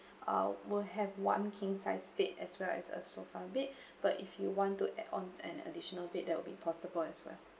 uh will have one king size bed as well as a sofa bed but if you want to add on an additional bed that will be possible as well